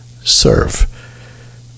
serve